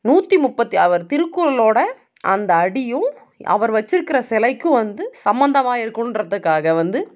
நூற்றி முப்பத்து அவர் திருக்குறளோட அந்த அடியும் அவர் வச்சுருக்குற சிலைக்கும் வந்து சம்பந்தமா இருக்கணும்கிறத்துக்காக வந்து